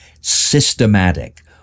systematic